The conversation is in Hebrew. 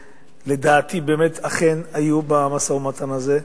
שלדעתי באמת אכן היו במשא ומתן הזה.